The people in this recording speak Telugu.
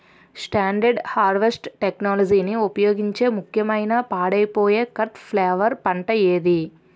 స్టాండర్డ్ హార్వెస్ట్ టెక్నాలజీని ఉపయోగించే ముక్యంగా పాడైపోయే కట్ ఫ్లవర్ పంట ఏది?